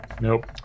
Nope